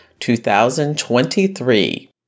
2023